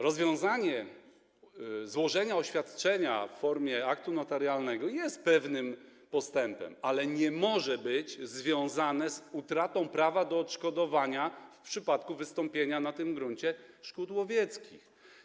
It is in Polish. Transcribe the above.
Rozwiązanie polegające na złożeniu oświadczenia w formie aktu notarialnego jest pewnym postępem, ale nie może być związane z utratą prawa do odszkodowania w przypadku wystąpienia na tym gruncie szkód łowieckich.